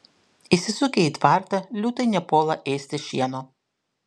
įsisukę į tvartą liūtai nepuola ėsti šieno